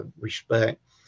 respect